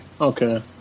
Okay